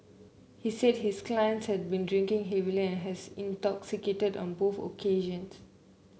he said his client had will drinking heavily and has intoxicated on both occasions